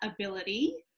ability